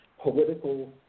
political